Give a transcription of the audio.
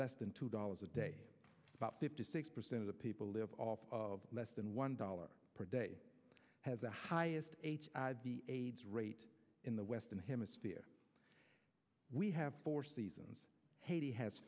less than two dollars a day about fifty six percent of the people live off of less than one dollar per day has the highest aids rate in the western hemisphere we have four seasons haiti has